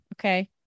okay